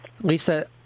Lisa